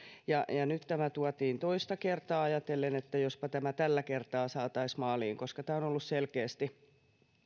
ja ja nyt tämä tuotiin toista kertaa ajatellen että jospa tämä tällä kertaa saataisiin maaliin koska tämä on ollut selkeästi